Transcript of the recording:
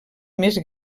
més